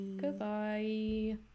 Goodbye